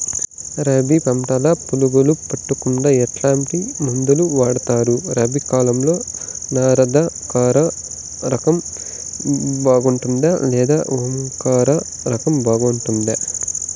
రబి పంటల పులుగులు పడకుండా ఎట్లాంటి మందులు వాడుతారు? రబీ కాలం లో నర్మదా రకం బాగుంటుందా లేదా ఓంకార్ రకం బాగుంటుందా?